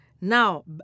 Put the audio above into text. Now